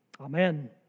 Amen